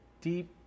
Deep